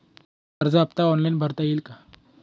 कर्ज हफ्ता ऑनलाईन भरता येईल का?